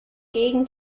gegen